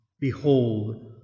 Behold